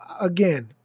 again